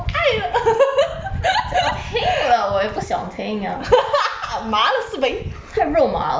我听了我也不想听了太肉麻了我不喜欢